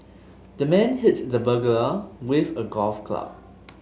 the man hit the burglar with a golf club